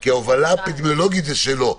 כי ההובלה האפידמיולוגית זה שלו,